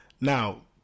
Now